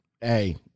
hey